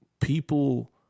people